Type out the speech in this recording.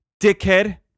dickhead